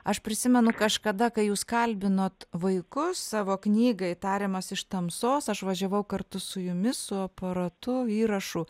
aš prisimenu kažkada kai jūs kalbinot vaikus savo knygai tariamas iš tamsos aš važiavau kartu su jumis su aparatu įrašų